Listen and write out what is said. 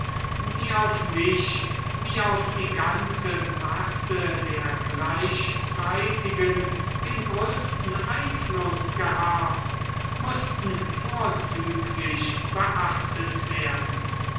die auf mich wie auf die ganze masse der gleichzeitigen den größten einfluß gehabt mußten vorzüglich beachtet werden